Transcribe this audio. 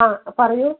ആ പറയൂ